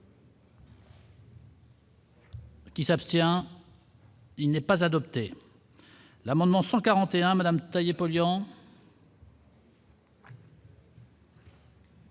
Qui s'abstient, il n'est pas adopté l'amendement 142 Madame taillé polluant.